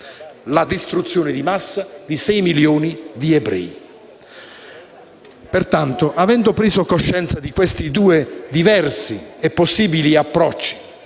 la distruzione di massa di sei milioni di ebrei. Pertanto, avendo preso coscienza di questi due diversi e possibili approcci